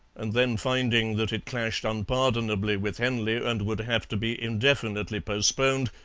and then finding that it clashed unpardonably with henley and would have to be indefinitely postponed,